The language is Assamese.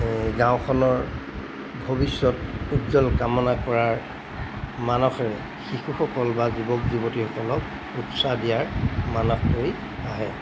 গাঁওখনৰ ভৱিষ্যত উজ্জ্বল কামনা কৰাৰ মানসেৰে শিশুসকল বা যুৱক যুৱতীসকলক উৎসাহ দিয়াৰ মানস কৰি আহে